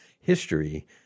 history